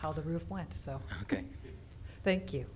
how the roof went so ok thank you